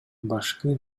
башкы